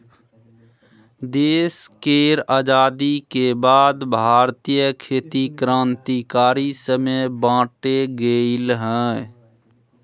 देश केर आजादी के बाद भारतीय खेती क्रांतिकारी समय बाटे गेलइ हँ